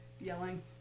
yelling